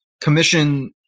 commission